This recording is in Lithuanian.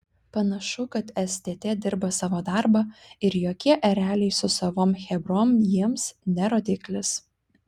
panašu kad stt dirba savo darbą ir jokie ereliai su savom chebrom jiems ne rodiklis